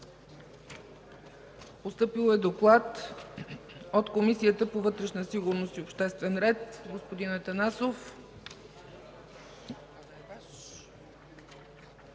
Постъпил е доклад от Комисията по вътрешна сигурност и обществен ред. Господин Атанасов.